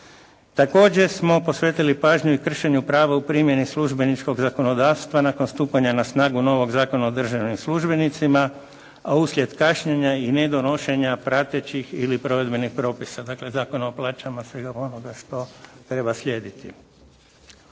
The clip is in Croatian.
Također smo posvetili pažnju i kršenju prava u primjeni službeničkog zakonodavstva nakon stupanja na snagu novog Zakona o državnim službenicima, a uslijed kašnjenja i nedonošenja pratećih ili provedbenih propisa, dakle Zakon o plaćama i svega onoga što treba slijediti.